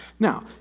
Now